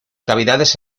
cavidades